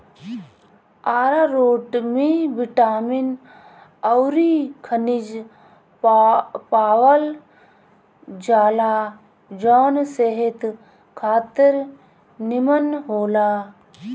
आरारोट में बिटामिन अउरी खनिज पावल जाला जवन सेहत खातिर निमन होला